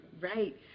Right